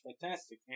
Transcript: Fantastic